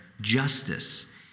justice